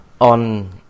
on